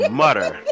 mutter